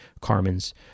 Carmen's